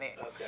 Okay